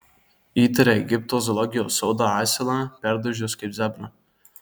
įtaria egipto zoologijos sodą asilą perdažius kaip zebrą